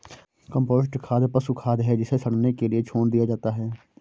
compost खाद पशु खाद है जिसे सड़ने के लिए छोड़ दिया जाता है